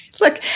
look